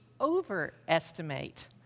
overestimate